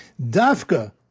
Dafka